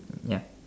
ya